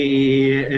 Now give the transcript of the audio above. מיוחד.